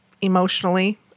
emotionally